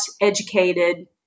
educated